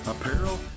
apparel